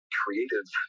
creative